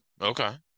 Okay